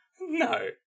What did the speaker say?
No